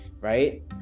right